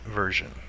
version